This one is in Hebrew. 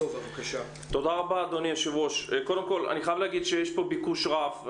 קודם כל אני חייב להגיד שיש פה ביקוש רב.